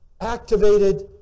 activated